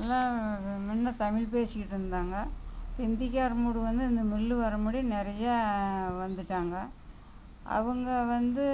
எல்லாம் முன்ன தமிழ் பேசிக்கிட்டிருந்தாங்க இந்திக்கார மூடு வந்து இந்த மில் வர்ற முன்னாடி நிறைய வந்துவிட்டாங்க அவங்க வந்து